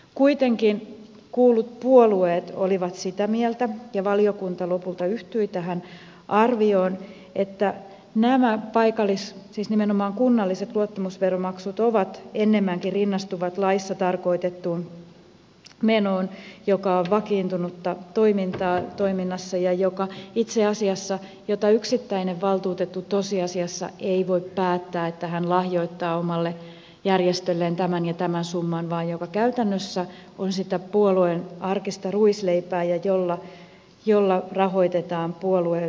kuitenkin kuullut puolueet olivat sitä mieltä ja valiokunta lopulta yhtyi tähän arvioon että nämä siis nimenomaan kunnalliset luottamusveromaksut ennemminkin rinnastuvat laissa tarkoitettuun menoon joka on vakiintunutta toimintaa toiminnassa eikä yksittäinen valtuutettu tosiasiassa voi päättää että hän lahjoittaa omalle järjestölleen tämän ja tämän summan vaan nämä käytännössä ovat sitä puolueen arkista ruisleipää ja niillä rahoitetaan puolueen paikallistoimintaa